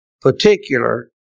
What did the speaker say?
particular